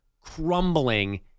crumbling